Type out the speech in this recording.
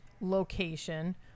location